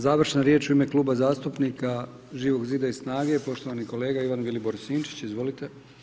Završna riječ u ime Kluba zastupnika Živog zida i SNAGE poštovani kolega Ivan Vilibor Sinčić, izvolite.